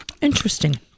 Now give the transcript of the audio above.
Interesting